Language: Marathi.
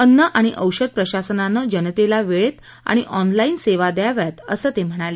अन्न आणि औषध प्रशासनानं जनतेला वेळेत आणि ऑनलाईन सेवा द्याव्यात असं ते म्हणाले